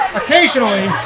occasionally